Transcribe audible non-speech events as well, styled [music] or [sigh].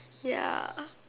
ya [noise]